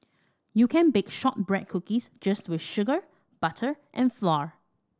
you can bake shortbread cookies just with sugar butter and flour